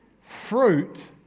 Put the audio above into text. Fruit